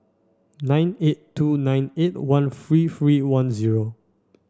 nine eight two nine eight one three three one zero